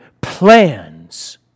plans